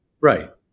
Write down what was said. right